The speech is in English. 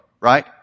right